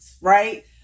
right